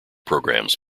programs